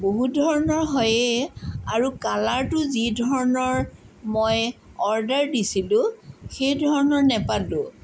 বহুত ধৰণৰ হয়ে আৰু কালাৰটো যি ধৰণৰ মই অৰ্ডাৰ দিছিলোঁ সেই ধৰণৰ নাপালোঁ